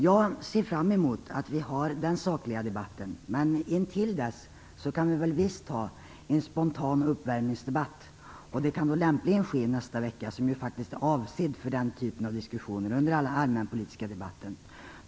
Jag ser fram emot en saklig debatt. Men till dess kan vi väl visst ha en spontan uppvärmningsdebatt. Det kan lämpligen ske nästa vecka under den allmänpolitiska debatten som ju faktiskt är avsedd för den typen av diskussioner.